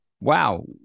wow